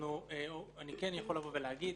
אני יכול לבוא ולהגיד